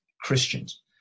Christians